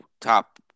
top